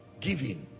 Giving